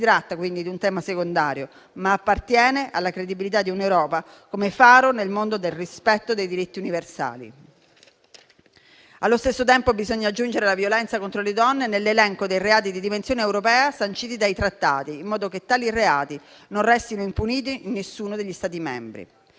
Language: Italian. si tratta quindi di un tema secondario, ma appartiene alla credibilità di un'Europa come faro nel mondo del rispetto dei diritti universali. Allo stesso tempo, bisogna aggiungere la violenza contro le donne all'elenco dei reati di dimensione europea sancito dai Trattati, in modo che tali reati non restino impuntiti in nessuno degli Stati membri.